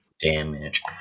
Damage